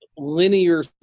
linear